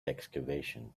excavation